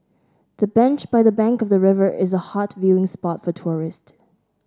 the bench by the bank of the river is a hot viewing spot for tourists